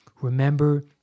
Remember